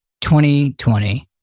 2020